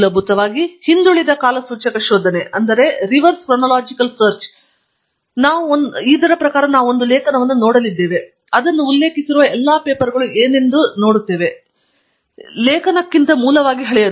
ಮೂಲಭೂತವಾಗಿ ಹಿಂದುಳಿದ ಕಾಲಸೂಚಕ ಶೋಧನೆಯು ನಾವು ಒಂದು ಲೇಖನವನ್ನು ನೋಡಲಿದ್ದೇನೆ ಮತ್ತು ಅದನ್ನು ಉಲ್ಲೇಖಿಸಿರುವ ಎಲ್ಲಾ ಪೇಪರ್ಗಳು ಏನೆಂದು ನೋಡುತ್ತೇವೆ ಇದು ಲೇಖನಕ್ಕಿಂತ ಮೂಲವಾಗಿ ಹಳೆಯದು